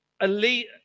elite